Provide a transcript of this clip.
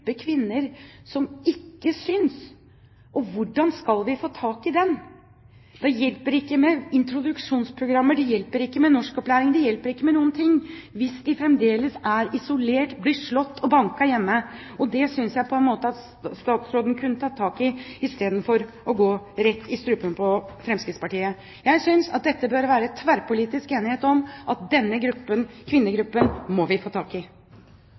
kvinner som ikke synes, og hvordan vi skal få tak i dem. Da hjelper det ikke med introduksjonsprogram. Det hjelper ikke med norskopplæring, det hjelper ikke med noen ting, hvis kvinnene fremdeles er isolert, blir slått og banket hjemme. Det synes jeg at statsråden kunne tatt tak i istedenfor å gå rett i strupen på Fremskrittspartiet. Jeg synes det bør være tverrpolitisk enighet om at denne kvinnegruppen må vi få tak i.